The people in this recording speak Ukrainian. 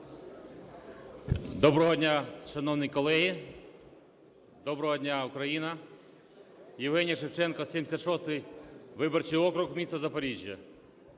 Доброго дня, шановні колеги! Доброго дня, Україно! Євгеній Шевченко, 76 виборчий округ, місто Запоріжжя.